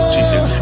Jesus